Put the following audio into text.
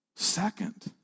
Second